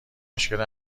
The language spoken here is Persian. مشکل